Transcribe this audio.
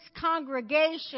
congregation